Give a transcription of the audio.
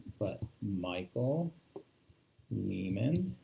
but michael neimand,